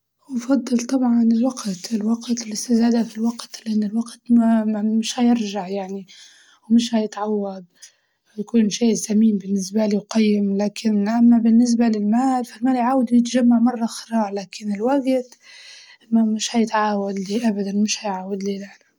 أفضل طبعاً الوقت، الوقت الاستزادة في الوقت لأنه الوقت م- مش حيرجع يعني ومش حيتعوض ويكون شي ثمين بالنسبة لي وقيم، لكن أما بالنسبة للمال فالمال يعاود يتجمع مرة أخرى لكن الوقت م- مش حيتعاود لي أبداً مش حيعاود لي لا لا.